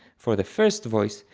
for the first voice,